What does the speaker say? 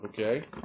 Okay